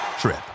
trip